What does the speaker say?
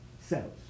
cells